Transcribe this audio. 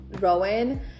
Rowan